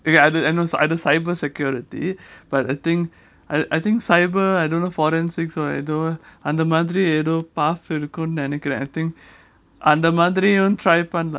அது:adhu cyber security but I think I think cyber I don't know forensics ஏதோ:edho path ஏதோ அந்த மாதிரி ஏதோ:edho andha madhiri edho I think path இருக்கும்னு நினைக்கிறேன் அந்த மாதிரியும்:irukumnu nenaikren andha madhirium try அந்த மாதிரியும்:andha madhirium